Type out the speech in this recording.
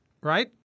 right